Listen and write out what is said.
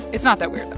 it's not that weird,